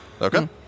Okay